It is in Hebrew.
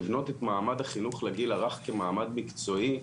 לבנות את מעמד החינוך לגיל הרך כמעמד מקצועי,